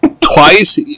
Twice